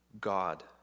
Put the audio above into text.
God